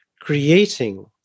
creating